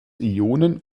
ionen